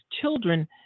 children